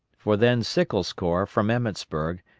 for then sickles' corps from emmetsburg,